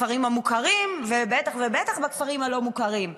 בכפרים המוכרים, ובטח ובטח בכפרים הלא-מוכרים.